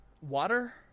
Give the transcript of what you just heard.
Water